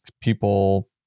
people